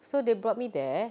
so they brought me there